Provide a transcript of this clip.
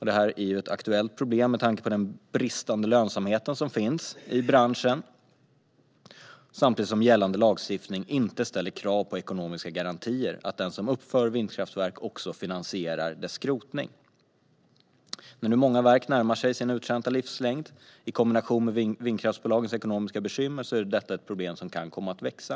Detta är ett aktuellt problem med tanke på den bristande lönsamheten i branschen samtidigt som gällande lagstiftning inte ställer krav på ekonomiska garantier för att den som uppför ett vindkraftverk också finansierar dess skrotning. Många verk börjar nu bli uttjänta och närmar sig sin utmätta livslängd. I kombination med vindkraftsbolagens ekonomiska bekymmer blir detta ett problem som kan komma att växa.